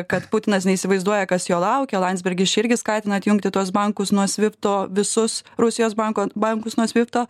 kad putinas neįsivaizduoja kas jo laukia landsbergis čia irgi skatina atjungti tuos bankus nuo svifto visus rusijos banko bankus nuo svifto